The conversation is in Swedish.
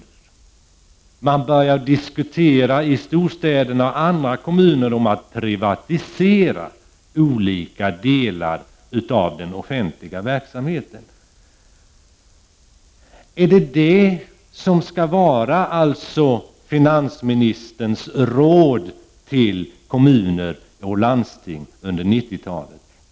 Nu har man börjat diskutera i städer och andra kommuner att privatisera olika delar av den offentliga verksamheten. Är det detta som är finansministerns råd till kommuner och landsting under 1990-talet?